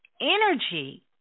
energy